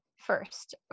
First